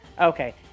Okay